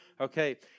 Okay